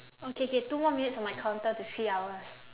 okay K two more minutes on my counter to three hours